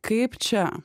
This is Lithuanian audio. kaip čia